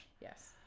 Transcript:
yes